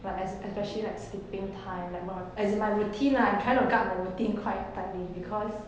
but es~ especially like sleeping time like my as in my routine lah I'm trying to guard my routine quite tightening because